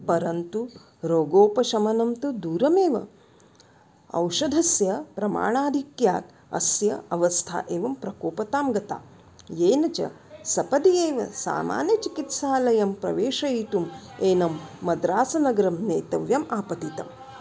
परन्तु रोगोपशमनं तु दूरमेव औषधस्य प्रमाणाधिक्यात् अस्य अवस्था एवं प्रकोपतां गता येन च सपदि एव सामान्यचिकित्सालयं प्रवेषयितुम् एनं मद्रासनगरं नेतव्यम् आपतितम्